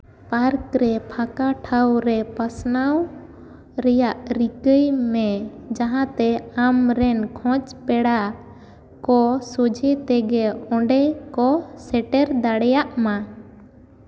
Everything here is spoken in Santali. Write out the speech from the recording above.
ᱯᱟᱨᱠ ᱨᱮ ᱯᱷᱟᱸᱠᱟ ᱴᱷᱟᱶ ᱨᱮ ᱯᱟᱥᱱᱟᱣ ᱨᱮᱭᱟᱜ ᱨᱤᱠᱟᱹᱭ ᱢᱮ ᱡᱟᱦᱟᱸᱛᱮ ᱟᱢᱨᱮᱱ ᱠᱷᱚᱡ ᱯᱮᱲᱟ ᱠᱚ ᱥᱚᱡᱷᱮ ᱛᱮᱜᱮ ᱚᱸᱰᱮ ᱠᱚ ᱥᱮᱴᱮᱨ ᱫᱟᱲᱮᱭᱟᱜ ᱢᱟ